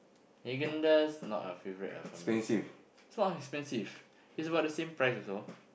Haagen-Dazs not my favourite lah for me it's not expensive it's about the same price also